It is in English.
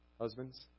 Husbands